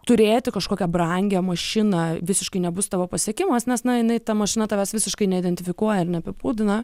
turėti kažkokią brangią mašiną visiškai nebus tavo pasiekimas nes na jinai ta mašina tavęs visiškai neidentifikuoja ir neapibūdina